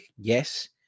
yes